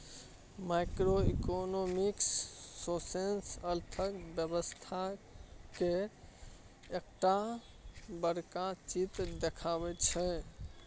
micro economics सौसें अर्थक व्यवस्था केर एकटा बड़का चित्र देखबैत छै